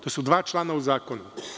To su dva člana u zakonu.